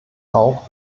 auch